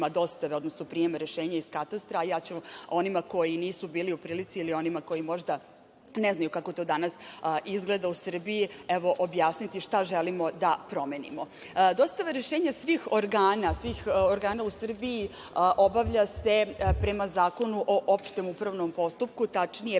dostave, odnosno prijema rešenja iz katastra, a ja ću onima koji nisu bili u prilici ili onima koji možda ne znaju kako to danas izgleda u Srbiji, evo, objasniti šta želimo da promenimo. Dostava rešenja svih organa, svih organa u Srbiji obavlja se prema Zakonu o opštem upravnom postupku, tačnije